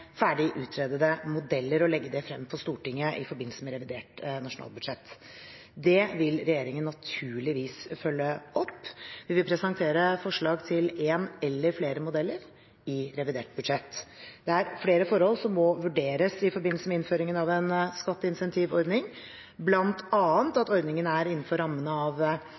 ferdig utredede modeller og legge det frem for Stortinget i forbindelse med revidert nasjonalbudsjett. Det vil regjeringen naturligvis følge opp. Vi vil presentere forslag til en eller flere modeller i revidert budsjett. Det er flere forhold som må vurderes i forbindelse med innføringen av en skatteinsentivordning, bl.a. at ordningen er innenfor rammene av